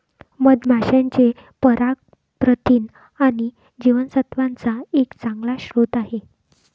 मधमाशांचे पराग प्रथिन आणि जीवनसत्त्वांचा एक चांगला स्रोत आहे